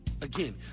Again